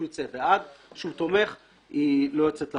יצא ועד שהוא תומך היא לא יוצאת לפועל.